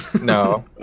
No